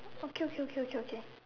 okay okay okay okay